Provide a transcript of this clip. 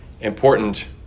important